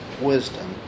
wisdom